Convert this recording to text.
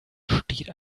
steht